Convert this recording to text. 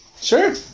Sure